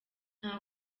nta